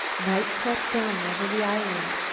night crept down over the island.